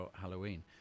Halloween